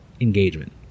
engagement